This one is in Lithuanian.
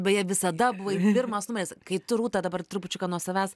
beje visada buvai pirmas numeris kai tu rūta dabar trupučiuką nuo savęs